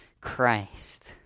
Christ